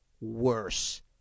Worse